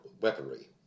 weaponry